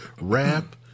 rap